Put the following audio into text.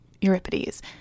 Euripides